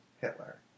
Hitler